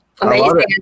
Amazing